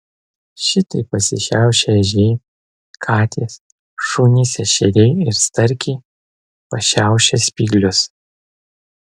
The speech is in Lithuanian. šitaip pasišiaušia ežiai katės šunys ešeriai ir starkiai pašiaušia spyglius